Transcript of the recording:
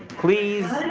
please.